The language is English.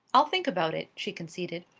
i'll think about it, she conceded.